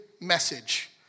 message